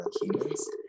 humans